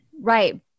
Right